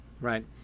right